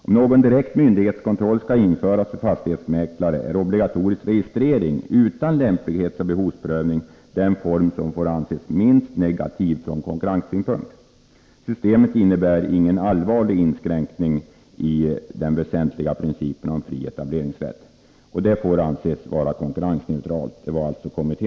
Om någon direkt myndighetskontroll skall införas för fastighetsmäklare är obligatorisk registrering utan lämplighetseller behovsprövning den form som får anses minst negativ från konkurrenssynpunkt. Systemet innebär ingen allvarlig inskränkning i den väsentliga principen om fri etableringsrätt och det får anses vara konkurrensneutralt.